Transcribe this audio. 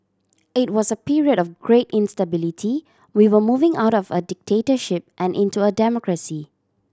it was a period of great instability we were moving out of a dictatorship and into a democracy